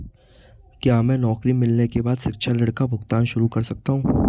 क्या मैं नौकरी मिलने के बाद शिक्षा ऋण का भुगतान शुरू कर सकता हूँ?